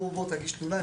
בוא תגיש תלונה,